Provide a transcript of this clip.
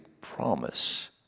promise